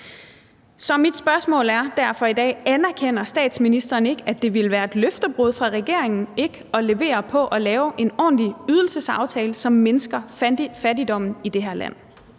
Så mit spørgsmål er derfor i dag: Anerkender statsministeren ikke, at det ville være et løftebrud fra regeringens side ikke at levere på at lave en ordentlig ydelsesaftale, som mindsker fattigdommen i det her land?